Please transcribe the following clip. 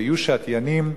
ויהיו שתיינים,